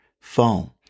phone